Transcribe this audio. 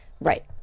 Right